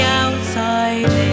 outside